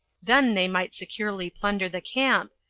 then they might securely plunder the camp,